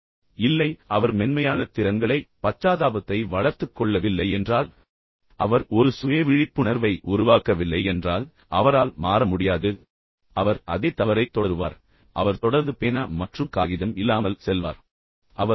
முற்றிலும் இல்லை அவர் தனது மென்மையான திறன்களை வளர்த்துக் கொள்ளவில்லை என்றால் அவர் பச்சாதாபத்தை வளர்த்துக் கொள்ளவில்லை என்றால் அவரிடம் சொல்லப்படாவிட்டால் அவர் ஒரு சுய விழிப்புணர்வை உருவாக்கவில்லை என்றால் அவரால் மாற முடியாது அவர் அதே வகையான தவறைத் தொடருவார் அவர் தொடர்ந்து பேனா மற்றும் காகிதம் இல்லாமல் பயிற்றுவிப்பாளரிடம் செல்வார்